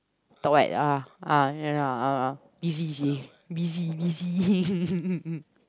talk what ah ah ya lah ah ah easy easy busy busy